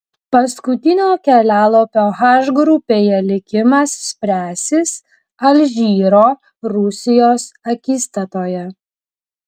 paskutinio kelialapio h grupėje likimas spręsis alžyro rusijos akistatoje